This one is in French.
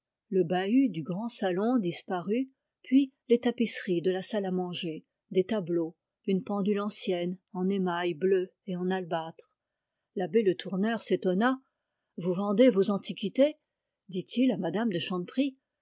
le bahut du grand salon disparut puis les tapisseries de la salle à manger des tableaux une pendule ancienne l'abbé le tourneur s'étonna vous vendez vos antiquités dit-il à me m de